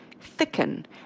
thicken